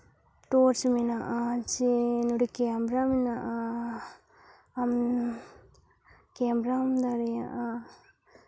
torch ᱢᱮᱱᱟᱜᱼᱟ ᱡᱮ ᱱᱚᱰᱮ ᱠᱮᱢᱨᱟ ᱢᱮᱱᱟᱜᱼᱟ ᱟᱢ ᱠᱮᱢᱨᱟ ᱦᱚᱢ ᱫᱟᱲᱮᱭᱟᱜᱼᱟ